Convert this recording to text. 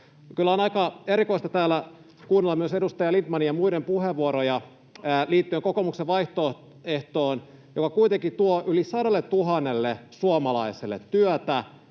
Kyllä on aika erikoista täällä kuunnella myös edustaja Lindtmanin ja muiden puheenvuoroja liittyen kokoomuksen vaihtoehtoon, joka kuitenkin tuo yli 100 000 suomalaiselle työtä,